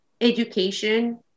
education